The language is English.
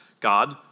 God